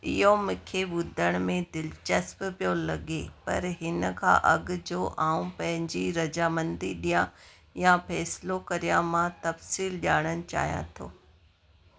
इहो मूंखे ॿुधण में दिलचस्प पियो लॻे पर हिन खां अॻु जो आऊं पंहिंजी रज़ामंदी ॾियां या फ़ैसिलो करियां मां तफ़सील ॼाणणु चाहियां थो